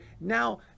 now